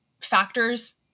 factors